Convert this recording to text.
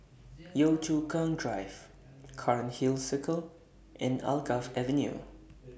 Yio Chu Kang Drive Cairnhill Circle and Alkaff Avenue